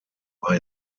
war